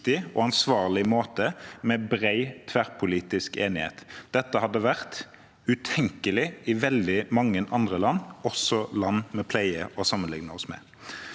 og ansvarlig måte, med bred og tverrpolitisk enighet. Dette hadde vært utenkelig i veldig mange andre land, også land vi pleier å sammenlikne oss